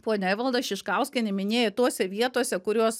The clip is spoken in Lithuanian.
ponia evalda šiškauskienė minėjo tose vietose kurios